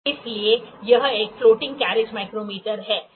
इसलिए यह एक फ्लोटिंग कैरिज माइक्रोमीटर है